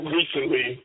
recently